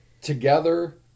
together